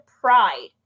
pride